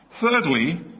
Thirdly